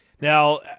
Now